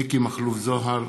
מיקי מכלוף זוהר,